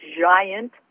giant